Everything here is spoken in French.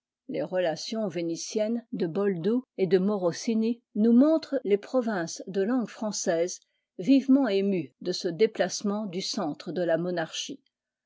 les relations vénitiennes de boldù et de morosini nous montrent les provinces de langue française vivement émues de ce déplacement du centre de la monarchie